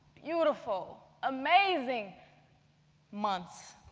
beautiful, amazing months.